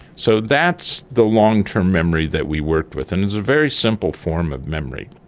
so that's the long-term memory that we worked with and it's a very simple form of memory.